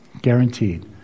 Guaranteed